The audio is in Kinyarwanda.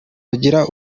bagira